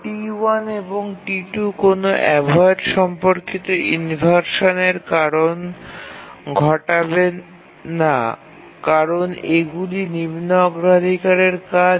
T1 এবং T2 এর জন্য কোনও অ্যাভয়েড ইনভারশান ঘটবে না কারণ এগুলি নিম্ন অগ্রাধিকারের কাজ